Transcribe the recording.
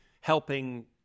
helping